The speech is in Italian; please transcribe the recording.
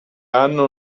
anno